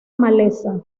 maleza